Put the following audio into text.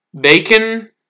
bacon